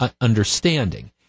understanding